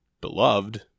beloved